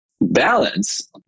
Balance